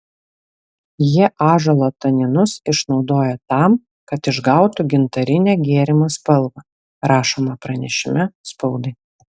jie ąžuolo taninus išnaudoja tam kad išgautų gintarinę gėrimo spalvą rašoma pranešime spaudai